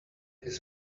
his